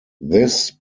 this